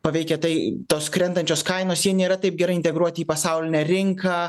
paveikia tai tos krentančios kainos jie nėra taip gerai integruoti į pasaulinę rinką